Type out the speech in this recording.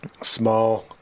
Small